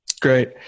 Great